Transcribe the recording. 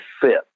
fit